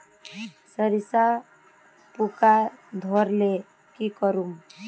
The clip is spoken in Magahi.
सरिसा पूका धोर ले की करूम?